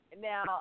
Now